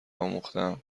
آموختهام